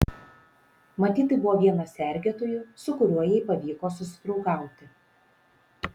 matyt tai buvo vienas sergėtojų su kuriuo jai pavyko susidraugauti